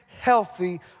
healthy